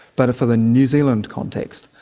but for the new zealand context,